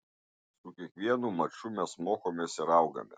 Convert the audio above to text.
su kiekvienu maču mes mokomės ir augame